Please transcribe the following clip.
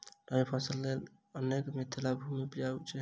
रबी फसल केँ लेल अपनेक मिथिला भूमि उपजाउ छै